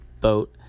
boat